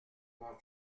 mon